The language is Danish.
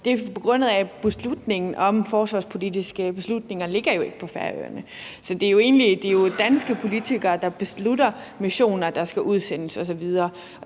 Det er begrundet i, at beslutningen om forsvarspolitiske beslutninger jo ikke ligger på Færøerne; det er danske politikere, der beslutter de missioner, der skal udsendes osv.